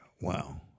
Wow